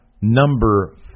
Number